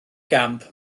gamp